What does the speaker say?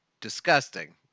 disgusting